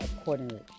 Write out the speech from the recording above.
accordingly